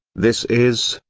this is,